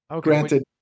granted